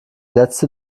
letzte